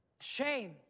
Shame